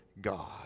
God